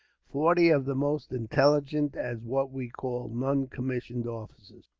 forty of the most intelligent as what we call noncommissioned officers.